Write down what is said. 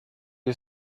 you